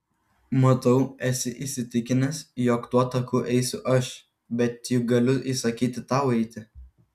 matau esi įsitikinęs jog tuo taku eisiu aš bet juk galiu įsakyti tau eiti